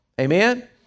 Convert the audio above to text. Amen